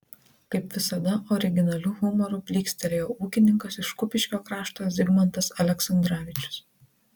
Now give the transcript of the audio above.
kaip visada originaliu humoru blykstelėjo ūkininkas iš kupiškio krašto zigmantas aleksandravičius